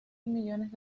millones